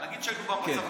נגיד שהיינו במצב הקודם,